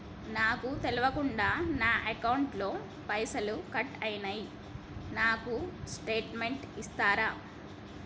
నాకు తెల్వకుండా నా అకౌంట్ ల పైసల్ కట్ అయినై నాకు స్టేటుమెంట్ ఇస్తరా?